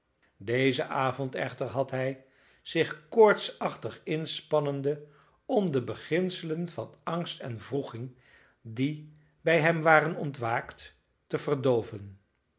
dezen avond echter had hij zich koortsachtig inspannende om de beginselen van angst en wroeging die bij hem waren ontwaakt te verdooven